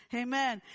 amen